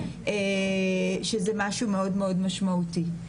שזה משהו מאוד משמעותי.